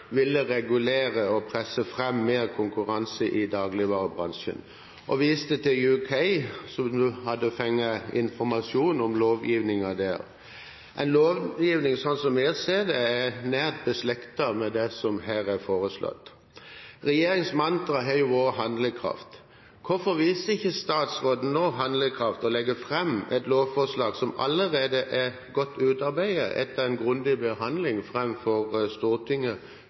ville regulere og presse fram mer konkurranse i dagligvarebransjen. Hun viste til Storbritannia, hun hadde fått informasjon om lovgivningen der – en lovgivning, som, slik jeg ser det, er nært beslektet med det som her er foreslått. Regjeringens mantra har jo vært handlekraft. Hvorfor viser ikke statsråden nå handlekraft og legger fram et lovforslag, som allerede er godt utarbeidet etter en grundig behandling, fram for Stortinget